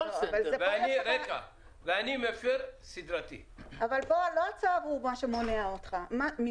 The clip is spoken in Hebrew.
ואני מפר סדרתי --- אבל פה לא הצו הוא מה שמונע ממך.